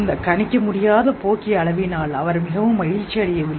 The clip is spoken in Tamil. இந்த கணிக்க முடியாத அளவுக்கு அவர் மிகவும் மகிழ்ச்சியடையவில்லை